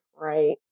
Right